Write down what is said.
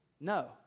No